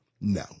no